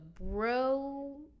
bro